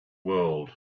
world